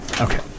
Okay